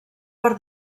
per